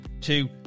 two